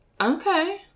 Okay